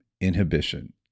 inhibition